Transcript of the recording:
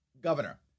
governor